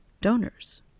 donors